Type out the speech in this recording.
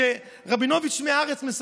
רבינוביץ' מהארץ,